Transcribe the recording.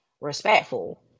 respectful